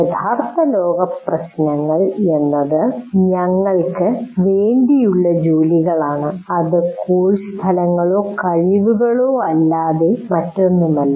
യഥാർത്ഥ ലോക പ്രശ്നങ്ങൾ എന്നത് ഞങ്ങൾക്ക് വേണ്ടിയുള്ള ജോലികളാണ് അത് കോഴ്സ് ഫലങ്ങളോ കഴിവുകളോ അല്ലാതെ മറ്റൊന്നുമല്ല